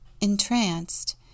Entranced